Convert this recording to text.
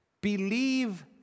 Believe